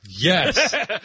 Yes